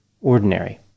ordinary